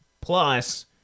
plus